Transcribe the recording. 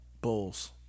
Bulls